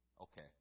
okay